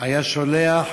היה שולח